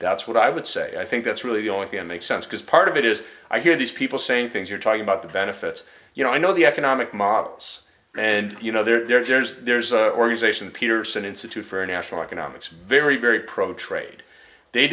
that's what i would say i think that's really the only thing that makes sense because part of it is i hear these people saying things you're talking about the benefits you know i know the economic models and you know there's there's a organization peterson institute for international economics very very pro trade they